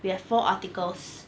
we have four articles